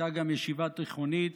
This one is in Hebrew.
הייתה גם ישיבה תיכונית,